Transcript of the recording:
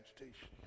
agitation